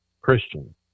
Christian